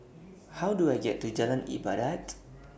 How Do I get to Jalan Ibadat